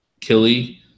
Killy